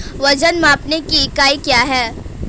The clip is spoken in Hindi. वजन मापने की इकाई क्या है?